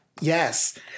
Yes